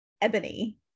ebony